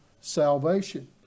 salvation